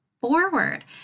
forward